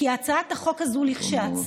כי הצעת החוק הזאת כשלעצמה,